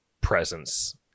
presence